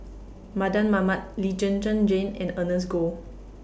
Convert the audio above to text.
Mardan Mamat Lee Zhen Zhen Jane and Ernest Goh